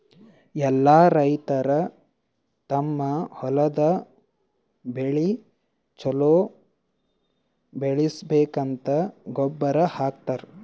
ಎಲ್ಲಾ ರೈತರ್ ತಮ್ಮ್ ಹೊಲದ್ ಬೆಳಿ ಛಲೋ ಬರ್ಬೇಕಂತ್ ಗೊಬ್ಬರ್ ಹಾಕತರ್